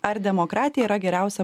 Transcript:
ar demokratija yra geriausia